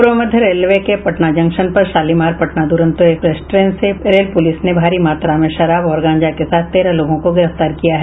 पूर्व मध्य रेलवे के पटना जंक्शन पर शालिमार पटना दुरंतो एक्सप्रेस ट्रेन से रेल पुलिस ने भारी मात्रा में शराब और गांजा के साथ तेरह लोगों को गिरफ्तार किया है